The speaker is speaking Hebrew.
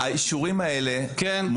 האישורים האלה לא